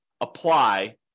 apply